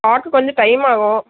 பார்க்க கொஞ்சம் டைம் ஆகும்